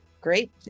Great